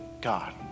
God